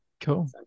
Cool